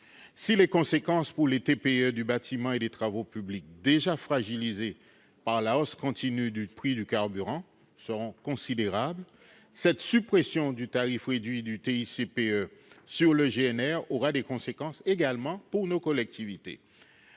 Si les conséquences pour les TPE du bâtiment et des travaux publics, déjà fragilisées par la hausse continue du prix du carburant, seront considérables, cette suppression du tarif réduit de TICPE sur le GNR aura des conséquences pour nos collectivités.